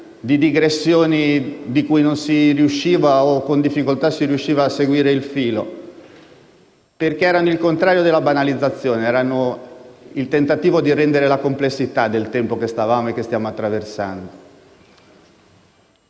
di digressioni di cui non si riusciva, se non a volte con difficoltà, a seguire il filo, perché erano il contrario della banalizzazione, costituendo il tentativo di rendere la complessità del tempo che stavamo e stiamo attraversando.